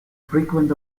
frequent